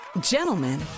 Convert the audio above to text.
gentlemen